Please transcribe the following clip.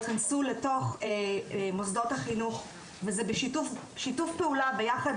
יתכנסו לתוך מוסדות החינוך וזה בשיתוף פעולה ביחד